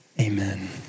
Amen